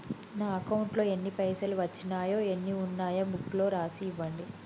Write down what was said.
నా అకౌంట్లో ఎన్ని పైసలు వచ్చినాయో ఎన్ని ఉన్నాయో బుక్ లో రాసి ఇవ్వండి?